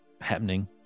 happening